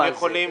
הם יכולים.